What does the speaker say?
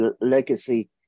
legacy